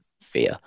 fear